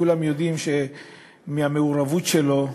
כולם יודעים שמהמעורבות שלו,